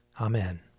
Amen